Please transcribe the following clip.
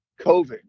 COVID